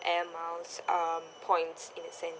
airmiles um points in the sense